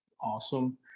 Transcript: awesome